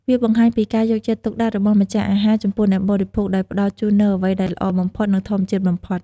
វាបង្ហាញពី ការយកចិត្តទុកដាក់ របស់ម្ចាស់អាហារចំពោះអ្នកបរិភោគ ដោយផ្តល់ជូននូវអ្វីដែលល្អបំផុត និងធម្មជាតិបំផុត។